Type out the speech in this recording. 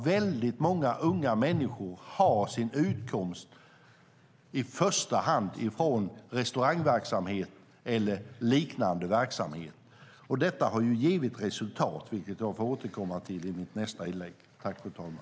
Väldigt många unga människor har sin utkomst i första hand från restaurangverksamhet eller liknande verksamhet. Detta har ju givit resultat, men jag får återkomma till det i mitt nästa inlägg.